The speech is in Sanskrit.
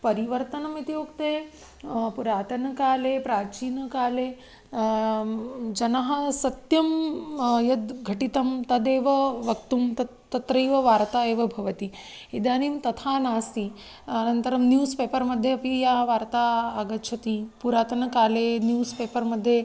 परिवर्तनम् इति उक्ते पुरातनकाले प्राचीनकाले जनः सत्यं यद् घटितं तदेव वक्तुं तत् तत्रैव वार्ता एव भवति इदानीं तथा नास्ति अनन्तरं न्यूस् पेपर्मध्ये अपि या वार्ता आगच्छति पुरातनकाले न्यूस् पेपर्मध्ये